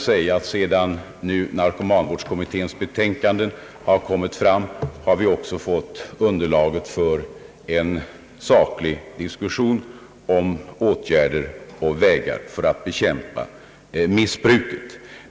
Sedan narkomanvårdskommitténs betänkande framlagts har vi också fått underlaget för en saklig diskussion om åtgärder och vägar för att bekämpa missbruket.